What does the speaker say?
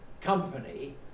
company